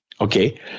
Okay